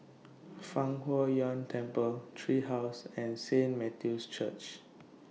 Fang Huo Yuan Temple Tree House and Saint Matthew's Church